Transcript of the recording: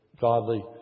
godly